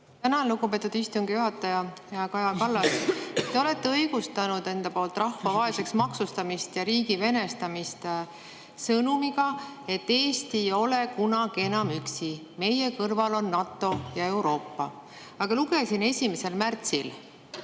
Tänan, lugupeetud istungi juhataja! Hea Kaja Kallas! Te olete õigustanud enda poolt rahva vaeseks maksustamist ja riigi venestamist sõnumiga, et Eesti ei ole kunagi enam üksi, meie kõrval on NATO ja Euroopa. Aga lugesin 1. märtsil